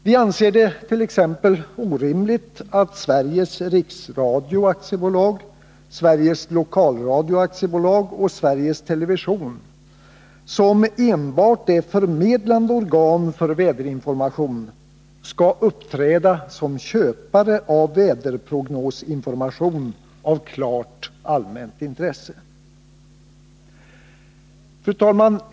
Vi anser det t.ex. orimligt att Sveriges Riksradio AB, Sveriges Lokalradio AB och Sveriges Television AB, som enbart är förmedlande organ för väderinformation, skall uppträda som köpare av väderprognosinformation av klart allmänt intresse. Fru talman!